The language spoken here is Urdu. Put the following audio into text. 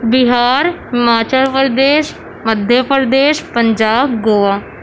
بہار ہماچل پردیش مدھیہ پردیش پنجاب گوا